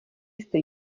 jste